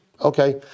Okay